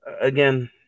Again